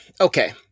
okay